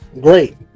great